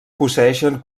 posseeixen